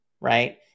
right